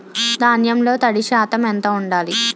ధాన్యంలో తడి శాతం ఎంత ఉండాలి?